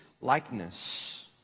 likeness